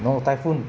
no typhoon